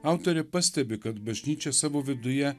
autorė pastebi kad bažnyčia savo viduje